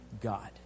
God